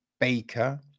Baker